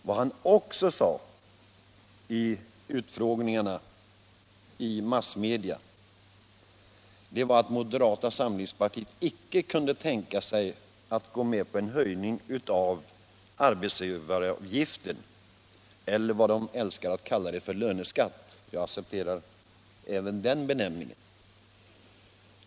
Vad han också sade vid utfrågningarna i massmedia var att moderata samlingspartiet inte kunde tänka sig att gå med på en höjning av arbetsgivaravgiften — eller löneskatten, som de älskar att kalla den, och jag accepterar även den benämningen.